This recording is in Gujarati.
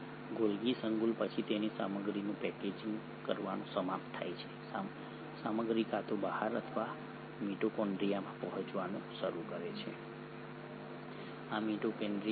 ગોલ્ગી સંકુલ પછી તેની સામગ્રીનું પેકેજિંગ કરવાનું સમાપ્ત કરે છે સામગ્રી કાં તો બહાર અથવા મિટોકોન્ડ્રિયામાં પહોંચાડવાનું શરૂ કરે છે આ મિટોકોન્ડ્રિયા છે